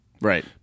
right